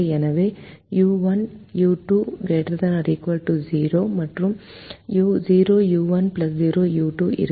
எனவே u1 u2 ≥ 0 மற்றும் நமக்கு 0u1 0u2 இருக்கும்